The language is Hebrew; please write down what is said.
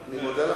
אני מודה לך.